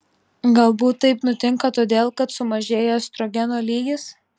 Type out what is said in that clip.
galbūt taip nutinka todėl kad sumažėja estrogeno lygis